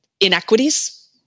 inequities